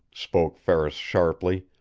spoke ferris sharply.